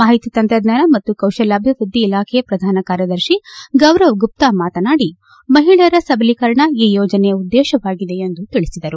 ಮಾಹಿತಿ ತಂತ್ರಜ್ಞಾನ ಮತ್ತು ಕೌಶಲ್ಯಾಭಿವೃದ್ಧಿ ಇಲಾಖೆ ಪ್ರಧಾನ ಕಾರ್ಯದರ್ಶಿ ಗೌರವ್ ಗುಪ್ನಾ ಮಾತನಾಡಿ ಮಹಿಳೆಯರ ಸಬಲೀಕರಣ ಈ ಯೋಜನೆಯ ಉದ್ದೇಶವಾಗಿದೆ ಎಂದು ತಿಳಿಸಿದರು